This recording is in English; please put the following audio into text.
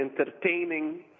entertaining